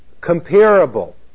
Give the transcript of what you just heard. comparable